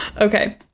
Okay